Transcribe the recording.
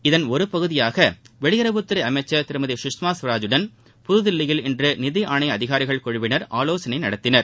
இதன் ஒரு பகுதியாக வெளியுறவுத்துறை அமைச்சர் திருமதி சுஷ்மா ஸ்வராஜுடன் புதுதில்லியில் இன்று நிதி ஆணைய அதிகாரிகள் குழுவினர் ஆலோசனை நடத்தினர்